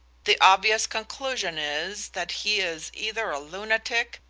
the obvious conclusion is that he is either a lunatic,